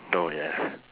oh yeah